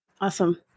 Awesome